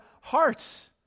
hearts